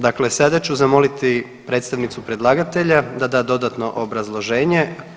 Dakle, sada ću zamoliti predstavnicu predlagatelja da da dodatno obrazloženje.